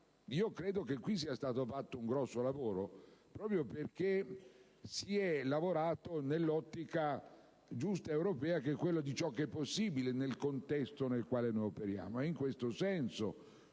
allora che qui sia stato fatto un grosso lavoro, proprio perché si è lavorato nell'ottica giusta, europea, quella che valuta ciò che è possibile nel contesto nel quale operiamo.